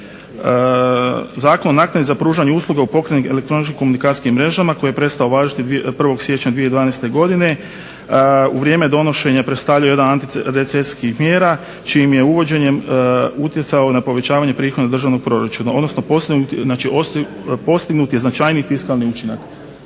Zakon o naknadi za pružanje usluga u pokretnim elektroničkim komunikacijskim mrežama koji je prestao važiti 1. siječnja 2012. godine u vrijeme donošenja predstavljao je jednu od antirecesijskih mjera čijim je uvođenjem utjecao na povećavanje prihoda državnog proračuna. Znači postignut je značajniji fiskalni učinak.